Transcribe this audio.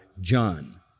John